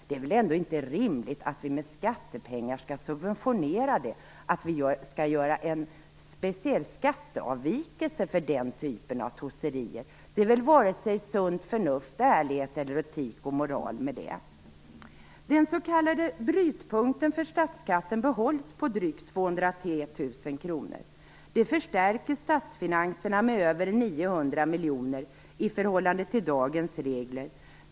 Det är väl ändå inte rimligt att vi med skattepengar skall subventionera det och göra en speciell skatteavvikelse för den typen av tosserier? Det är väl varken sunt förnuft och ärlighet eller etik och moral med det? Den s.k. brytpunkten för statsskatten behålls på drygt 203 000 kronor. Det förstärker statsfinanserna med över 900 miljoner kronor i förhållande till dagens regler.